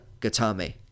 Gatame